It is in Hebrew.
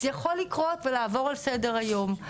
זה יכול לקרות ולעבור לסדר היום.